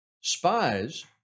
Spies